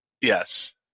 Yes